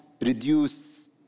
reduce